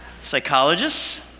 psychologists